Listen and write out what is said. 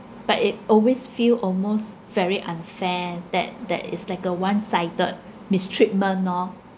but it always feel almost very unfair that that is like a one sided mistreatment orh